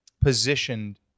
positioned